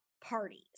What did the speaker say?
parties